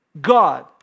God